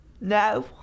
No